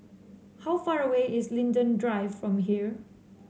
how far away is Linden Drive from here